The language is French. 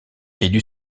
élu